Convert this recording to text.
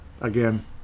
Again